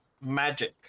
magic